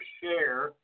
share